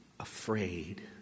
afraid